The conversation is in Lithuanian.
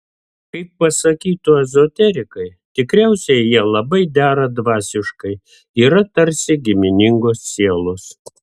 kaip pasakytų ezoterikai tikriausiai jie labai dera dvasiškai yra tarsi giminingos sielos